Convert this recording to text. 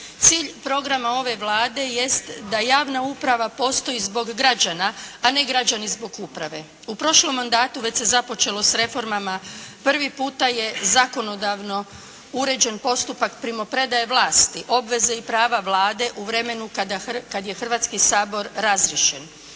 Cilj programa ove Vlade jest da javna uprava postoji zbog građana a ne građani zbog uprave. U prošlom mandatu već se započelo s reformama. Prvi puta je zakonodavno uređen postupak primopredaje vlasti, obveze i prava Vlade u vremenu kad je Hrvatski sabor razriješen.